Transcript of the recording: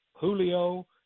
Julio